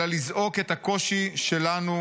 אלא לזעוק את הקושי שלנו,